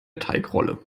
teigrolle